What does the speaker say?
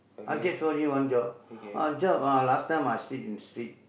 I get for you one job uh job ah last time I sleep in street